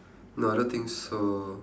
no I don't think so